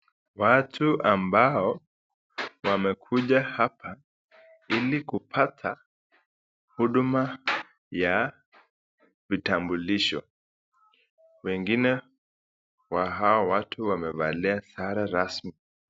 Watu ambao wamekuja hapa ili kupata huduma ya vitambulisho, wengine wa hao watu wamevalia sare rasmi.